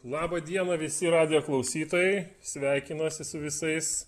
laba diena visi radijo klausytojai sveikinuosi su visais